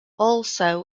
also